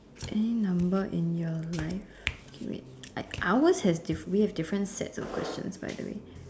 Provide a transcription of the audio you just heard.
any number in your life kay wait like ours have we have different sets of questions by the way